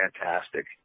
fantastic